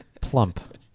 Plump